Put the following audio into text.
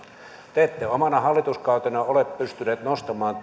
te ette omana hallituskautena ole pystyneet nostamaan